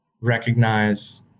recognize